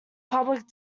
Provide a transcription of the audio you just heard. public